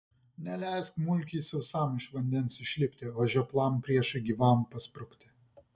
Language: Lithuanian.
neleisk mulkiui sausam iš vandens išlipti o žioplam priešui gyvam pasprukti